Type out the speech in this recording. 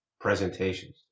presentations